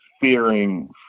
fearing